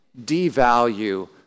devalue